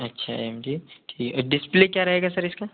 अच्छा M G और display क्या रहेगा सर इसका